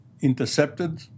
intercepted